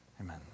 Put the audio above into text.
Amen